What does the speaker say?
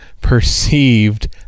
perceived